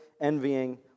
envying